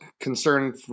concerned